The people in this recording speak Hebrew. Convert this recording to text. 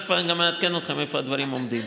תכף גם אעדכן אתכם איפה הדברים עומדים.